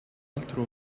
altro